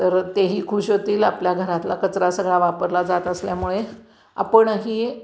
तर तेही खुश होतील आपल्या घरातला कचरा सगळा वापरला जात असल्यामुळे आपणही